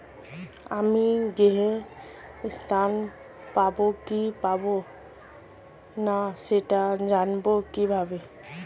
আমি গৃহ ঋণ পাবো কি পাবো না সেটা জানবো কিভাবে?